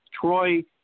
Troy